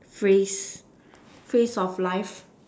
phrase phrase of life